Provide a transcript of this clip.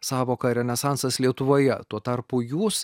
sąvoką renesansas lietuvoje tuo tarpu jūs